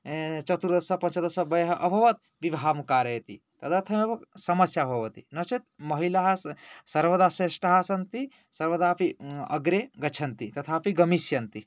चतुर्दश पञ्चदश वयः अभवत् विवाहं कारयति तदर्थमेव समस्या भवति नो चेत् महिलाः स सर्वदा श्रेष्ठाः सन्ति सर्वदाऽपि अग्रे गच्छन्ति तथापि गमिष्यन्ति